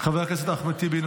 חבר הכנסת אחמד טיבי,